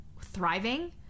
thriving